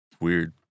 weird